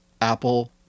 Apple